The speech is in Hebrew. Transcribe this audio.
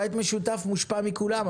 בית משותף מושפע מכולם,